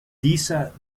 dieser